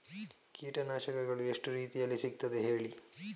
ಕೀಟನಾಶಕಗಳು ಎಷ್ಟು ರೀತಿಯಲ್ಲಿ ಸಿಗ್ತದ ಹೇಳಿ